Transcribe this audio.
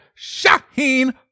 shaheen